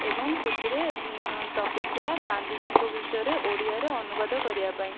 ଏବଂ ସେଥିରେ ଟପିକ୍ ଥିଲା ଗାନ୍ଧିଜୀଙ୍କ ବିଷୟରେ ଓଡ଼ିଆରେ ଅନୁବାଦ କରିବା ପାଇଁ